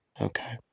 Okay